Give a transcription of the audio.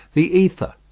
the ether?